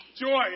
Joy